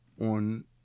on –